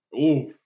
Oof